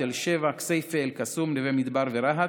תל שבע, כסייפה, אל-קסום, נווה מדבר ורהט.